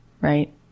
Right